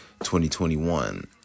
2021